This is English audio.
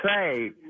say